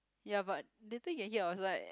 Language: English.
ya but later he can hear outside